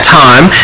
time